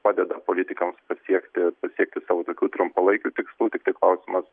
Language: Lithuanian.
padeda politikams pasiekti pasiekti savo tokių trumpalaikių tikslų tiktai klausimas